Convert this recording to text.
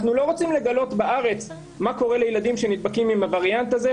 אנחנו לא רוצים לגלות בארץ מה קורה לילדים שנדבקים מהווריאנט הזה,